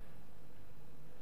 אבל הביקורת היא משני הצדדים.